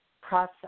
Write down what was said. process